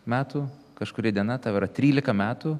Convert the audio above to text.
metų kažkuri diena tau yra trylika metų